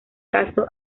caso